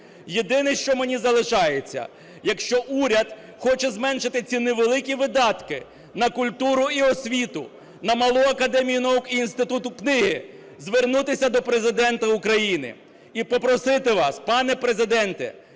єдине, що мені залишається – якщо уряд хоче зменшити ці невеликі видатки на культуру і освіту, на Малу академію наук і Інституту книги. Звернутися до Президента України і попросити вас: пане Президенте,